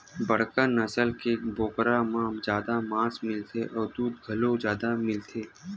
बड़का नसल के बोकरा म जादा मांस मिलथे अउ दूद घलो जादा मिलथे